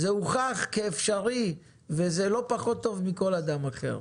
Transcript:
זה הוכח כאפשרי והם לא פחות טובים מכל אדם אחר.